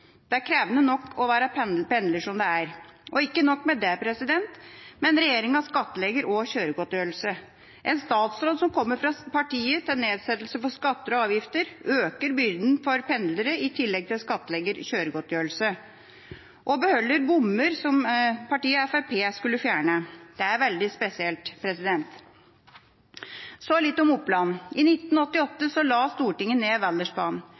Det er krevende nok å være pendler som det er. Ikke nok med det, men regjeringa skattlegger også kjøregodtgjørelse. En statsråd som kommer fra partiet for nedsettelse av skatter og avgifter, øker byrden for pendlere i tillegg til at han skattlegger kjøregodtgjørelse og beholder bommer som Fremskrittspartiet skulle fjerne. Det er veldig spesielt. Så litt om Oppland: I 1988 la Stortinget ned Valdresbanen. I går la Stortinget, mot Arbeiderpartiets og Senterpartiets stemmer, i praksis ned